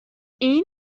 این